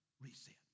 reset